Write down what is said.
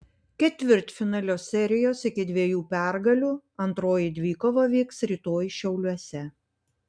ketvirtfinalio serijos iki dviejų pergalių antroji dvikova vyks rytoj šiauliuose